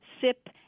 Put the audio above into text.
sip